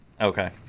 Okay